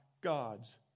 God's